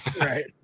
Right